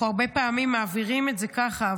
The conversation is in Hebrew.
אנחנו הרבה פעמים מעבירים את זה ככה,